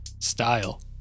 style